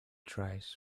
tries